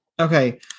Okay